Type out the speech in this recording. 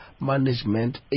management